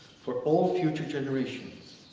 for all future generations.